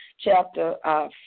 chapter